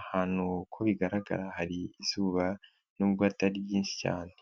ahantu ko bigaragara hari izuba nubwo atari ryinshi cyane.